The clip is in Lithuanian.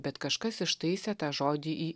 bet kažkas ištaisė tą žodį į